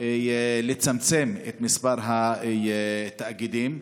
לצמצם את מספר התאגידים.